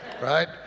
right